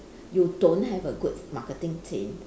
you don't have a good marketing team